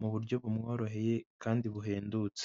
mu buryo bumworoheye kandi buhendutse.